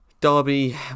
Derby